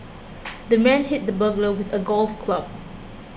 the man hit the burglar with a golf club